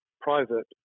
private